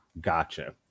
Gotcha